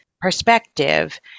perspective